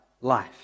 life